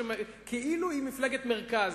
שכאילו היא מפלגת מרכז,